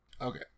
Okay